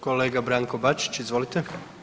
Kolega Branko Bačić, izvolite.